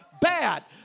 Bad